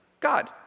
God